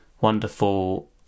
wonderful